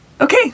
okay